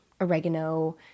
oregano